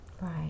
Right